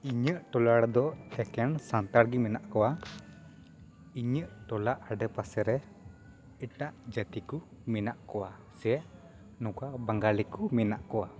ᱤᱧᱟᱹᱜ ᱴᱚᱞᱟ ᱨᱮᱫᱚ ᱮᱠᱮᱱ ᱥᱟᱱᱛᱟᱲ ᱜᱮ ᱢᱮᱱᱟᱜ ᱠᱚᱣᱟ ᱤᱧᱟᱹᱜ ᱴᱚᱞᱟ ᱟᱰᱮᱯᱟᱥᱮ ᱨᱮ ᱮᱴᱟᱜ ᱡᱟᱹᱛᱤ ᱠᱚ ᱢᱮᱱᱟᱜ ᱠᱚᱣᱟ ᱥᱮ ᱱᱚᱠᱟ ᱵᱟᱜᱟᱞᱤ ᱠᱚ ᱢᱮᱱᱟᱜ ᱠᱚᱣᱟ